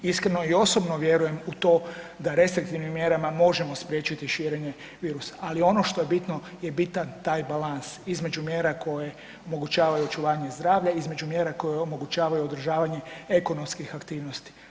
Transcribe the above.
Iskreno i osobno vjerujem u to da restriktivnim mjerama možemo spriječiti širenje virusa, ali ono što je bitno je bitan taj balans između mjere koje omogućavaju očuvanje zdravlja, između mjera koje omogućavaju održavanje ekonomskih aktivnosti.